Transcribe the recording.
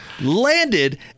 landed